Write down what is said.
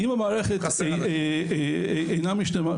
שני המספרים הללו אמורים לפי הלמ"ס להתמתן,